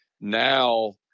now